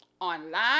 online